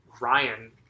Ryan